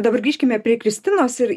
dabar grįžkime prie kristinos ir